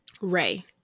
Ray